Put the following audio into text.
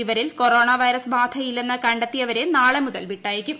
ഇപ്പരിൽ corona virus ബാധയില്ലെന്ന് കണ്ടെത്തിയവരെന്റാളെ മുതൽ വിട്ടയയ്ക്കും